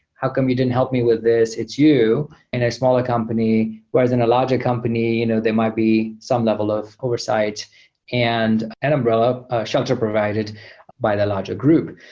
how come you didn't help me with this? it's you in a smaller company, whereas in a larger company, you know there might be some level of oversight and an umbrella, a shelter provided by the larger group.